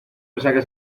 resaca